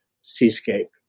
seascape